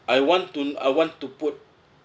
I want to I want to put